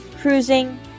cruising